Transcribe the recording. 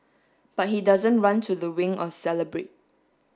but he doesn't run to the wing or celebrate